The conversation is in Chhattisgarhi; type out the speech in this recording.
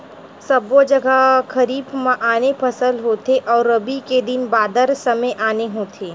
सबो जघा खरीफ म आने फसल होथे अउ रबी के दिन बादर समे आने होथे